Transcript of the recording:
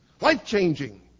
life-changing